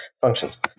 functions